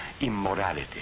immorality